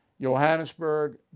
Johannesburg